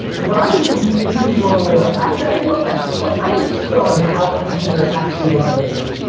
what i am completely blown away by, actually i'd love to ask this question. i am stunned how few people actually run a business.